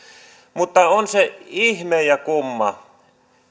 mutta on se ihme ja kumma